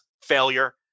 failure